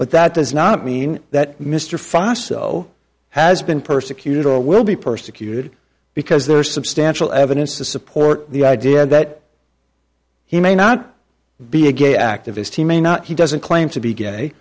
but that does not mean that mr fastow has been persecuted or will be persecuted because there are substantial evidence to support the idea that he may not be a gay activist he may not he doesn't claim to be gay